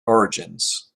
origins